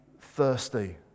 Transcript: thirsty